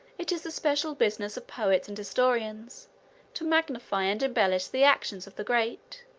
it is the special business of poets and historians to magnify and embellish the actions of the great,